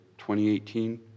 2018